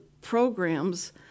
programs